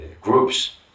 groups